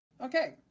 Okay